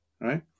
Right